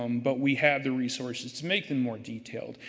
um but we had the resources to make them more detailed.